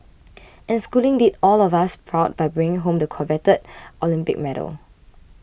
and Schooling did all of us proud by bringing home the coveted Olympic medal